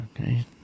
Okay